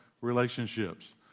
relationships